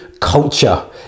culture